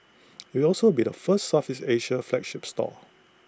it'll also be the first Southeast Asia flagship store